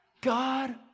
God